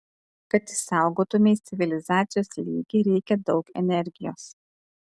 kad išsaugotumei civilizacijos lygį reikia daug energijos